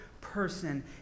person